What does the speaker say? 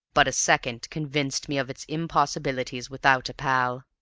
but a second convinced me of its impossibilities without a pal.